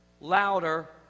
Louder